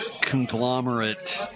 conglomerate